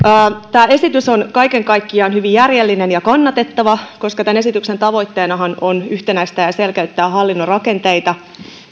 tämä esitys on kaiken kaikkiaan hyvin järjellinen ja kannatettava koska tämän esityksen tavoitteenahan on yhtenäistää ja selkeyttää hallinnon rakenteita